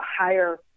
higher